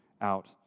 out